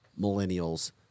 millennials